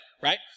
right